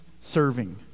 serving